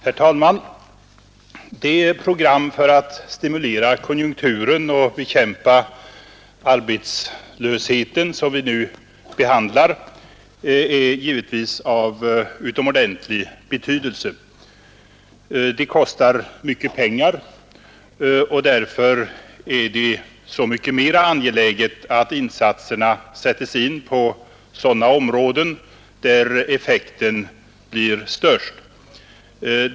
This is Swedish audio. Herr talman! Det program för att stimulera konjunkturen och bekämpa arbetslösheten som vi nu behandlar är givetvis av utomordentligt stor betydelse. Det kostar mycket pengar, och därför är det så mycket mera angeläget att insatserna sätts in på områden där effekten blir störst.